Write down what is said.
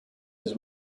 his